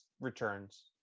returns